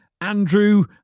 Andrew